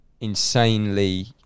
insanely